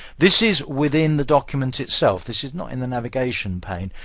this is within the document itself. this is not in the navigation pane.